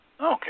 Okay